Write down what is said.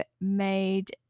made